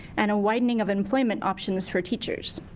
and a widening of employment options for teachers.